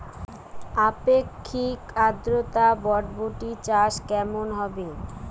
আপেক্ষিক আদ্রতা বরবটি চাষ কেমন হবে?